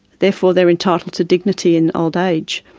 therefore they're entitled to dignity in old age,